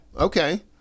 Okay